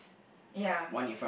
ya